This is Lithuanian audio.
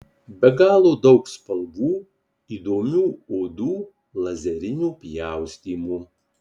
be galo daug spalvų įdomių odų lazerinių pjaustymų